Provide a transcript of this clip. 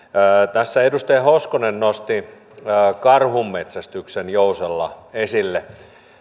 tässä edustaja hoskonen nosti karhunmetsästyksen jousella esille